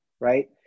right